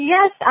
Yes